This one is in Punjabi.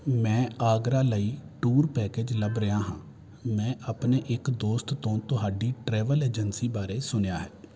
ਮੈਂ ਆਗਰਾ ਲਈ ਟੂਰ ਪੈਕੇਜ ਲੱਭ ਰਿਹਾ ਹਾਂ ਮੈਂ ਆਪਣੇ ਇੱਕ ਦੋਸਤ ਤੋਂ ਤੁਹਾਡੀ ਟਰੈਵਲ ਏਜੰਸੀ ਬਾਰੇ ਸੁਣਿਆ ਹੈ